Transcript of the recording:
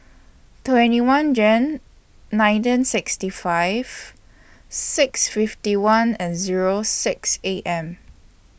twenty one Jan nineteen sixty five six fifty one and Zero six A M